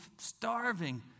starving